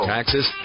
Taxes